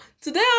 today